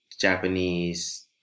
Japanese